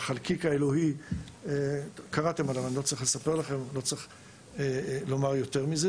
קראתם על החלקיק האלוהי ואני לא צריך לומר יותר מזה.